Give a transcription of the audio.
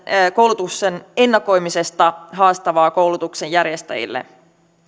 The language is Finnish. koulutuksen ennakoimisesta haastavaa koulutuksen järjestäjille